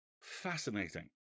fascinating